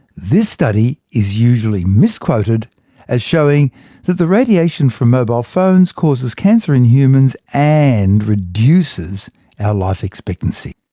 this study is usually misquoted as showing that the radiation from mobile phones causes cancer in humans and reduces our life expectancy.